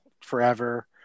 forever